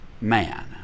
man